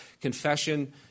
confession